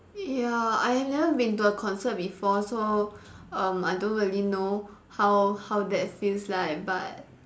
ya I have never been to a concert before so um I don't really know how how that feels like but